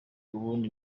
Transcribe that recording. ubundi